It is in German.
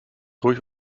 ruhig